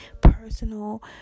personal